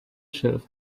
shelf